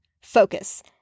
focus